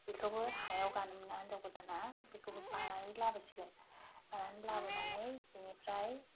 बिखौबो हायाव गानो मोना हिनजाव गोदाना बिखौबो बानानै लाबोसिगोन बानानै लाबोनानै बिनिफ्राय